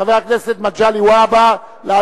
התש"ע 2010, עבר